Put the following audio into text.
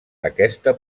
aquesta